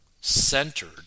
centered